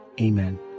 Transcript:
Amen